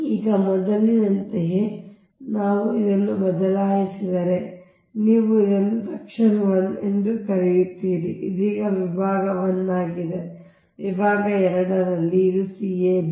ಈಗ ಮೊದಲಿನಂತೆಯೇ ನಾವು ಇದನ್ನು ಬದಲಾಯಿಸಿದರೆ ನೀವು ಇದನ್ನು ಸೆಕ್ಷನ್ 1 ಎಂದು ಕರೆಯುತ್ತೀರಿ ಇದು ಇದೀಗ ವಿಭಾಗ 1 ಆಗಿದೆ ಈ ವಿಭಾಗ 2 ರಲ್ಲಿ ಇದು cab